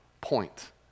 point